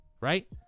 Right